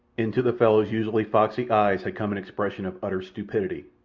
into the fellow's usually foxy eyes had come an expression of utter stupidity.